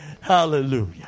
Hallelujah